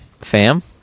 FAM